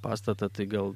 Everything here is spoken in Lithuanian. pastatą tai gal